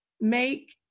make